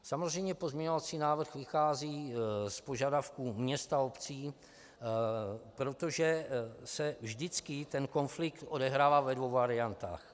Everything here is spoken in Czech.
Samozřejmě pozměňovací návrh vychází z požadavků měst a obcí, protože se vždycky ten konflikt odehrává ve dvou variantách.